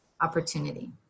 opportunity